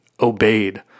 obeyed